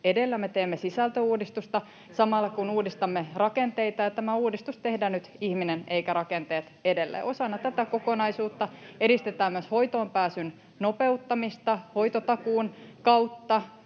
edellä. Me teemme sisältöuudistusta samalla kun uudistamme rakenteita, ja tämä uudistus tehdään nyt ihminen eivätkä rakenteet edellä, ja osana tätä kokonaisuutta edistetään myös hoitoonpääsyn nopeuttamista hoitotakuun kautta,